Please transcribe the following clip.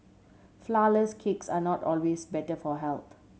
flourless cakes are not always better for health